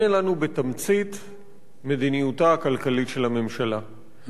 הנה לנו בתמצית מדיניותה הכלכלית של הממשלה,